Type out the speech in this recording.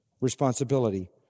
responsibility